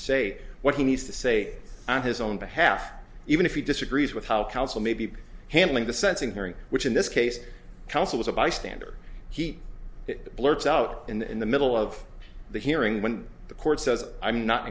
say what he needs to say on his own behalf even if he disagrees with how counsel may be handling the sensing hearing which in this case also was a bystander he blurts out in the middle of the hearing when the court says i'm not